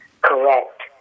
Correct